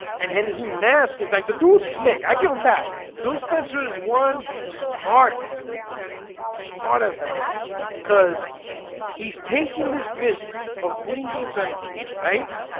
and henning he mask is like to do slick i give him that phil spencer is one smart dude bro smart as hell cuz he's taking this vision of putting games everywhere, right